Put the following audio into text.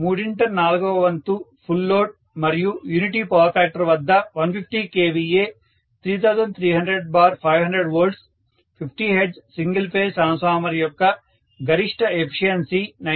మూడింట నాలుగవ వంతు ఫుల్ లోడ్ మరియు యూనిటీ పవర్ ఫ్యాక్టర్ వద్ద 150 kVA 3300500 V 50 Hz single phase transformer యొక్క గరిష్ట ఎఫిషియన్సీ 97